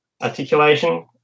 articulation